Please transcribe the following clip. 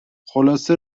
خلاصه